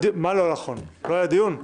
מה לא נכון, לא היה דיון?